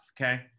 okay